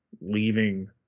leaving